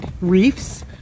reefs